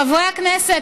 חברי הכנסת,